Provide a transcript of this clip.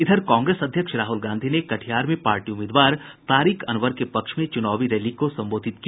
इधर कांग्रेस अध्यक्ष राहल गांधी ने कटिहार में पार्टी उम्मीदवार तारिक अनवर के पक्ष में चुनावी रैली को संबोधित किया